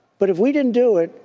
but if we didn't do it,